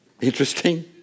Interesting